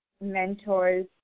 mentors